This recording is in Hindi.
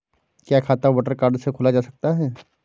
क्या खाता वोटर कार्ड से खोला जा सकता है?